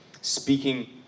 speaking